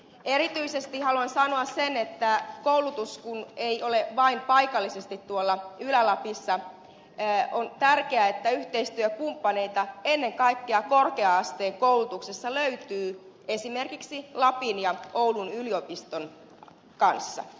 erityisesti haluan sanoa sen että koulutusta kun ei ole vain paikallisesti tuolla ylä lapissa on tärkeää että yhteistyökumppaneita ennen kaikkea korkea asteen koulutuksessa löytyy esimerkiksi lapin ja oulun yliopistojen kanssa